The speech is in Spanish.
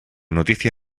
noticia